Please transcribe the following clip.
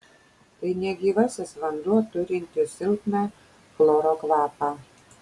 tai negyvasis vanduo turintis silpną chloro kvapą